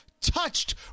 touched